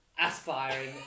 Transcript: aspiring